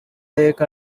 lake